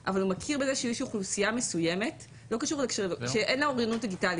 אבל הוא מכיר בזה שיש אוכלוסייה מסוימת שאין לה אוריינות דיגיטלית,